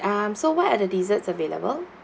um so what are the desserts available